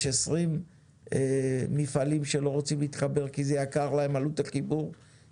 יש 20 מפעלים שלא רוצים להתחבר כי עלות החיבור יקרה להם,